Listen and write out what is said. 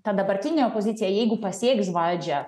ta dabartinė opozicija jeigu pasieks valdžią